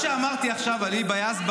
ישבנו בדיון בבג"ץ,